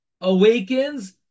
awakens